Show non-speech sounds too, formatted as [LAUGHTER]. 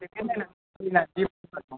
[UNINTELLIGIBLE]